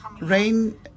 rain